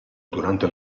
durante